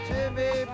Jimmy